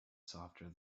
softer